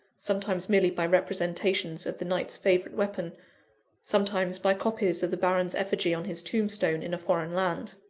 sometimes merely by representations of the knight's favourite weapon sometimes by copies of the baron's effigy on his tombstone in a foreign land.